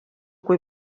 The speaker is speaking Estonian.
kui